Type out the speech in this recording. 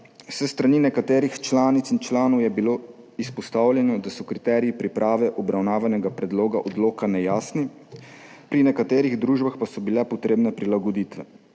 S strani nekaterih članic in članov je bilo izpostavljeno, da so kriteriji priprave obravnavanega predloga odloka nejasni, pri nekaterih družbah pa so bile potrebne prilagoditve.